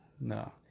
no